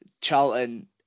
Charlton